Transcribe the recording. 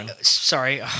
sorry